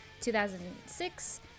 2006